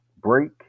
break